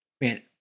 Man